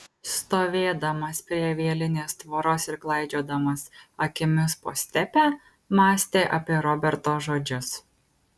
stovėdamas prie vielinės tvoros ir klaidžiodamas akimis po stepę mąstė apie roberto žodžius